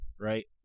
right